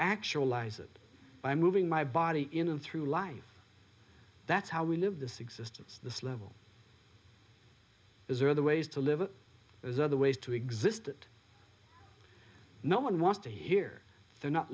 actualize it by moving my body in and through life that's how we live this existence this level is there are other ways to live it there's other ways to exist that no one wants to hear they're not